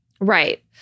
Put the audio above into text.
Right